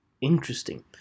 Interesting